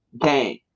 game